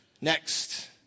Next